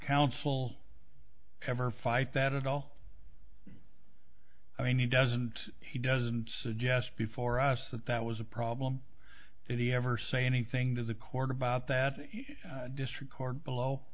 counsel ever fight that all i need doesn't he doesn't suggest before us that that was a problem if he ever say anything to the court about that district court below